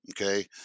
Okay